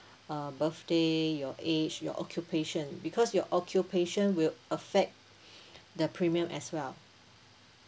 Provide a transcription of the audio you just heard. uh birthday your age your occupation because your occupation will affect the premium as well